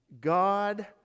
god